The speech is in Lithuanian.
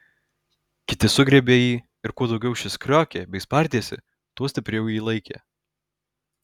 kiti sugriebė jį ir kuo daugiau šis kriokė bei spardėsi tuo stipriau jį laikė